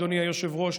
אדוני היושב-ראש,